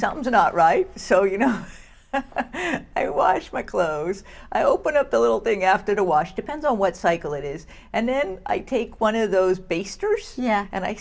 something's not right so you know i wash my clothes i open up the little thing after the wash depends on what cycle it is and then i take one of those